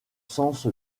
sens